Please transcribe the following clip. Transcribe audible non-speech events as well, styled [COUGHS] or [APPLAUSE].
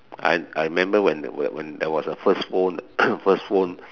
I I remember when when when when there was a first phone [COUGHS] first phone